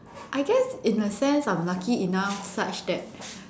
I guess in sense I'm lucky enough such that